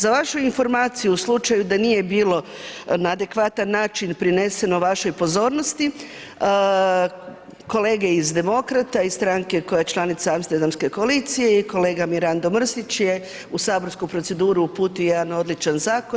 Za vašu informaciju, u slučaju da nije bilo na adekvatan način prineseno vašoj pozornosti, kolege iz demokrata, iz stranke koja je članica Amsterdamske koalicija je kolega Mirando Mrsić je u saborsku proceduru uputio jedan odličan zakon.